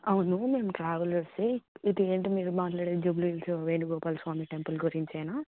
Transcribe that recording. అవును మేము ట్రావెలర్సే ఇదేంటి మీరు మాట్లాడేది జూబ్లీహిల్స్ వేణుగోపాలస్వామి టెంపుల్ గురించేనా